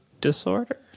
Disorder